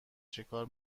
چکار